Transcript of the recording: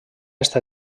està